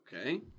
Okay